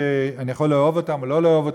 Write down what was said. שאני יכול לאהוב או לא לאהוב,